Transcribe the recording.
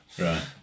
right